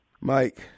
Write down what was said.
Mike